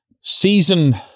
season